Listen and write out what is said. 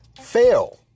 fail